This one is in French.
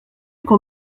qu’on